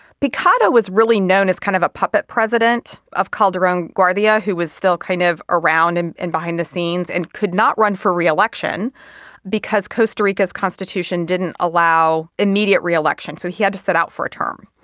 picado was really known as kind of a puppet president of calderon guardia who was still kind of around and and behind the scenes and could not run for re-election because costa rica's constitution didn't allow immediate re-election. so he had to sit out for a term.